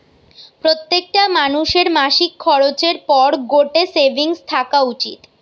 প্রত্যেকটা মানুষের মাসিক খরচের পর গটে সেভিংস থাকা উচিত